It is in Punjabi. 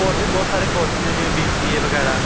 ਹੋਰ ਵੀ ਬਹੁਤ ਸਾਰੇ ਕੋਰਸ ਨੇ ਜਿਵੇਂ ਬੀ ਸੀ ਏ ਵਗੈਰਾ